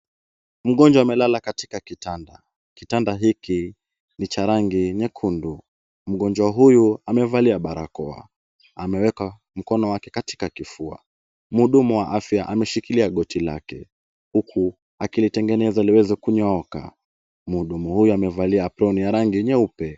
Mgonjwa amelala katika kitanda. Kitanda hiki ni cha rangi nyekundu. Mgonjwa huyu amevalia barakoa. Ameweka mkono wake katika kifua. Mhudumu wa afya ameshikilia goti lake huku akilitengeneza liweze kunyooka. Mhudumu huyu amevalia aproni ya rangi nyeupe.